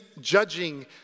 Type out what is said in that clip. judging